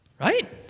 right